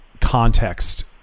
context